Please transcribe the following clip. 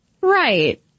Right